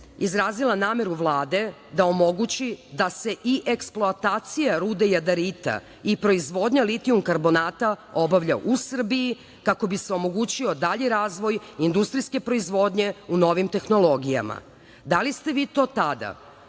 izrazila nameru Vlade da omogući da se i eksploatacije rude jadarita i proizvodnja litijum-karbonata obavlja u Srbiji, kako bi se omogućio dalji razvoj industrijske proizvodnje u novim tehnologijama. Da li ste vi to tada